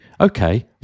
okay